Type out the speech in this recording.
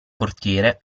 portiere